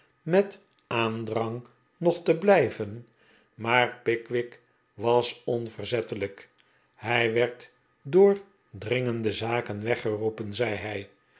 met aandrang nog te blijven maar pickwick was onverzettelijk hij werd door dringende zaken weggeroepen zei hij